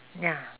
ya